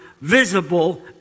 visible